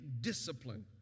discipline